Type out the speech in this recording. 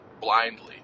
blindly